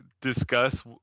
discuss